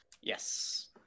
Yes